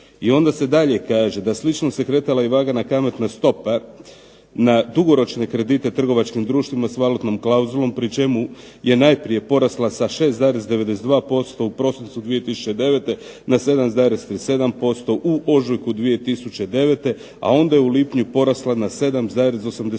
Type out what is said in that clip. I onda se dalje kaže da: "slično se kretala i vagana kamatna stopa na dugoročne kredite trgovačkim društvima s valutnom klauzulom pri čemu je najprije porasla sa 6,92% u prosincu 2009. na 7,37% u ožujku 2009., a onda je u lipnju porasla na 7,85%.